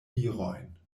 virojn